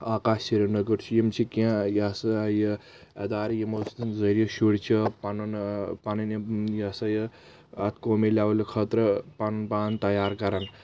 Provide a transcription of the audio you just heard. آکاش سرینگر چھُ یِم چھِ کینٛہہ یہ ہسا یہِ اِدارٕ یِمو سٕنٛدۍ ذٔریعہِ شُرۍ چھِ پنُن اۭں پنٕنۍ یِم یہ ہسا یہِ اتھ قومی لیٚولہِ خٲطرٕ پنُن پان تیار کران